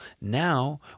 Now